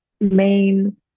main